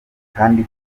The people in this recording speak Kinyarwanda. kandi